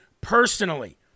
personally